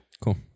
Cool